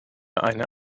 eine